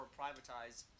privatized